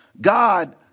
God